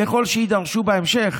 ככל שיידרשו בהמשך,